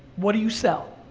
what do you sell?